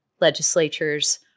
legislatures